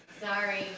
Sorry